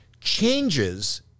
changes